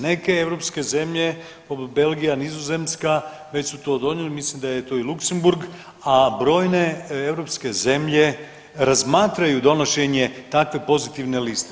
Neke europske zemlje poput Belgija, Nizozemska, već su to i donijeli, mislim da je tu i Luksemburg, a brojne europske zemlje razmatraju donošenje takve pozitivne liste.